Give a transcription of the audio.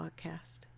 podcast